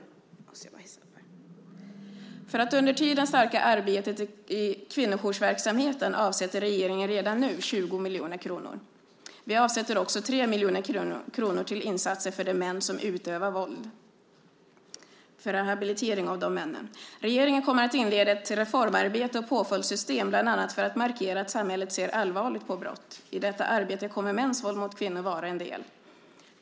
För att under tiden stärka arbetet i kvinnojoursverksamheten avsätter regeringen redan nu 20 miljoner kronor. Vi avsätter också 3 miljoner kronor till insatser för rehabilitering av de män som utövar våld. Regeringen kommer att inleda ett reformarbete när det gäller påföljdssystemet, bland annat för att markera att samhället ser allvarligt på brott. I detta arbete kommer mäns våld mot kvinnor att vara en del.